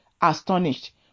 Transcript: astonished